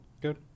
good